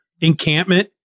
encampment